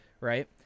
right